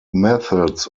methods